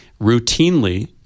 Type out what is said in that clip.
routinely